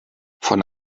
von